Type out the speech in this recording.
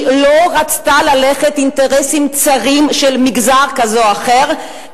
היא לא רצתה ללכת עם אינטרסים צרים של מגזר כזה או אחר,